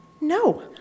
No